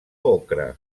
ocre